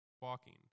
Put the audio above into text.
walking